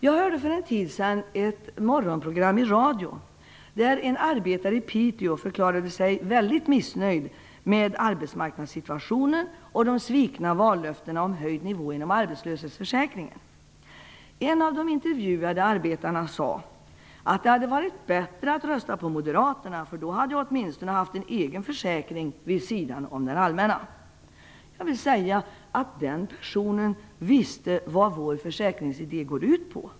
Jag hörde för en tid sedan i ett morgonprogram i radion en arbetare i Piteå förklara sig väldigt missnöjd med arbetsmarknadssituationen och de svikna vallöftena om höjd nivå inom arbetslöshetsförsäkringen. En av de intervjuade arbetarna sade: "Det hade varit bättre att rösta på Moderaterna, för då hade vi åtminstone haft en egen försäkring vid sidan om den allmänna." Den personen visste alltså vad vår försäkringsidé går ut på.